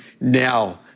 now